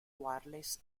wireless